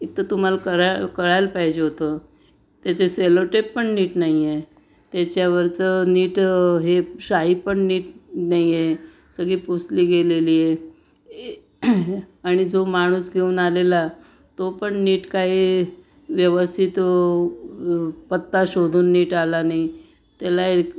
इथं तुम्हाला करा कळायला पाहिजे होतं त्याचे सेलो टेप पण नीट नाही आहे त्याच्यावरचं नीट हे शाई पण नीट नाही आहे सगळी पुसली गेलेली आहे आणि जो माणूस घेऊन आलेला तो पण नीट काही व्यवस्थित पत्ता शोधून नीट आला नाही त्याला एक